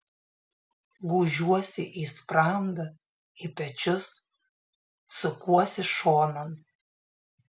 gūžiuosi į sprandą į pečius sukuosi šonan